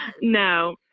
no